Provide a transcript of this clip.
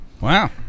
Wow